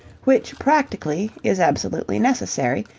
which practically is absolutely necessary,